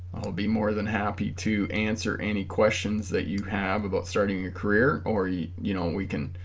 i'll be more than happy to answer any questions that you have about starting a career or you you know we can